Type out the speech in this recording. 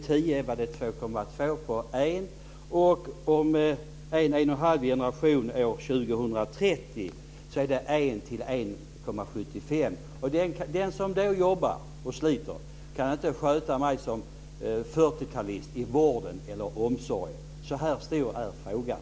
År 2010 blir det 2,2 på en och om en eller en och en halv generation, år 2030, är det en arbetande på 1,75 pensionärer. Den som då jobbar och sliter kan inte sköta mig som fyrtiotalist i vården eller omsorgen. Så här stor är frågan.